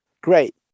great